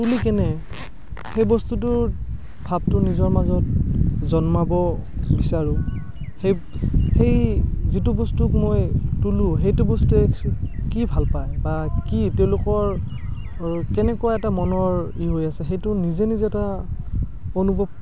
তুলি কেনে সেই বস্তুটোৰ ভাৱটো নিজৰ মাজত জন্মাব বিচাৰোঁ সেই সেই যিটো বস্তুক মই তোলো সেইটো বস্তুৱে কি ভাল পায় বা কি তেওঁলোকৰ কেনেকুৱা এটা মনৰ ইউ হৈ আছে সেইটো নিজে নিজে এটা অনুভৱ